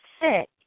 sick